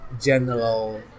general